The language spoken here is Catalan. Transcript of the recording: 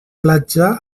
platja